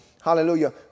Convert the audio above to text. Hallelujah